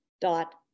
dot